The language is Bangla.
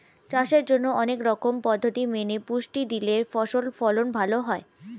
চাষের জন্যে অনেক রকম পদ্ধতি মেনে পুষ্টি দিলে ফসল ফলন ভালো হয়